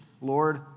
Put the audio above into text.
Lord